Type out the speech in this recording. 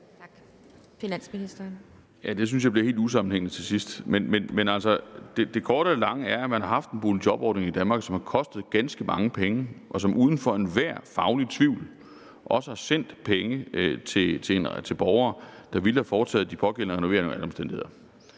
det til sidst blev helt usammenhængende. Men altså, det korte af det lange er, at vi har haft en boligjobordning i Danmark, som har kostet ganske mange penge, og som uden for enhver faglig tvivl også har sendt penge til borgere, der ville have foretaget de pågældende renoveringer under alle omstændigheder.